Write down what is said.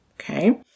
Okay